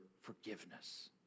forgiveness